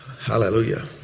Hallelujah